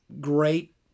great